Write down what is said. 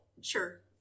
sure